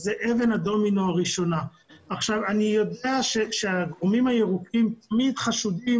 אני יודע שהגורמים הירוקים תמיד חשודים